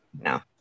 No